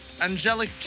angelic